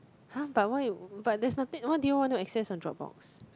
!huh! but why you there's nothing what do you want to access on Dropbox